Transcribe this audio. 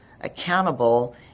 accountable